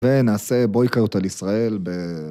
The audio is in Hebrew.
ונעשה בויקות על ישראל ב...